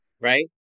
right